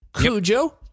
Cujo